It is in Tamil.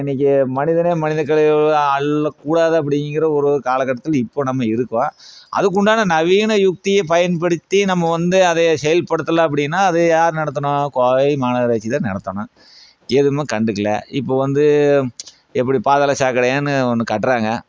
இன்னிக்கு மனிதனே மனிதக்கழிவு அள்ளக்கூடாது அப்டிங்கிற ஒரு காலக்கட்டத்தில் இப்போ நம்ம இருக்கோம் அதுக்குண்டான நவீன யுக்தியை பயன்படுத்தி நம்ம வந்து அதை செயல்படுத்தலை அப்படின்னா அதை யார் நடத்தணும் கோவை மாநகராட்சிதான் நடத்தணும் எதுவுமே கண்டுக்கலை இப்போ வந்து எப்படி பாதாள சாக்கடையான்னு ஒன்று கட்டுறாங்க